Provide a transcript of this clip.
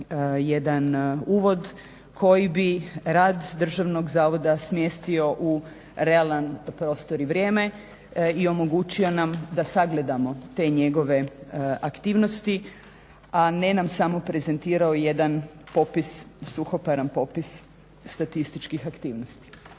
jedan uvod koji bi rad državnog zavoda smjestio u realan prostor i vrijeme i omogućio nam da sagledamo te njegove aktivnosti a ne nam samo prezentirao jedan suhoparan popis statističkih aktivnosti.